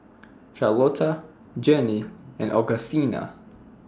Charlotta Journey and Augustina